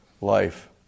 life